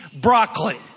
broccoli